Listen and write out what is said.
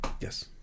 Yes